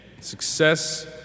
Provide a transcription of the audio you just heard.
success